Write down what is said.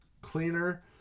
cleaner